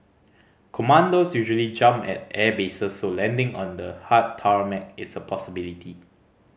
commandos usually jump at airbases so landing on the hard tarmac is a possibility